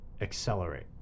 accelerate